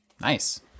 Nice